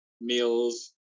meals